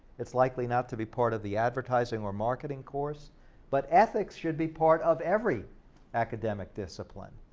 it's likely not to be part of the advertising or marketing course but ethics should be part of every academic discipline.